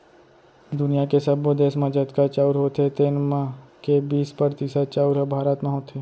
दुनियॉ के सब्बो देस म जतका चाँउर होथे तेन म के बीस परतिसत चाउर ह भारत म होथे